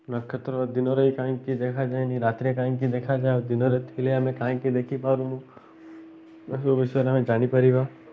ନକ୍ଷତ୍ର ଦିନରେ ହିଁ କାହିଁକି ଦେଖାଯାଏନି ରାତିରେ କାହିଁକି ଦେଖାଯାଏ ଦିନରେ ଥିଲେ ଆମେ କାହିଁକି ଦେଖିପାରୁନୁ ଏସବୁ ବିଷୟରେ ଆମେ ଜାଣିପାରିବା